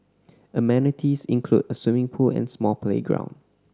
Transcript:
amenities include a swimming pool and small playground